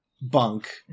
bunk